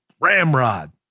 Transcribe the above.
Ramrod